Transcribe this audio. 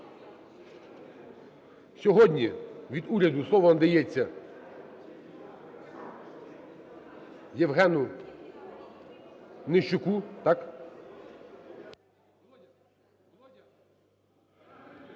Сьогодні від уряду слово надається Євгену Нищуку.